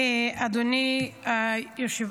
תודה רבה, אדוני היושב בראש.